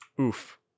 Oof